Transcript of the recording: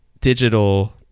digital